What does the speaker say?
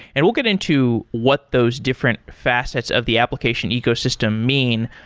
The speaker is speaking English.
and we'll get into what those different facets of the application ecosystem mean.